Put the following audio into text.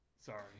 Sorry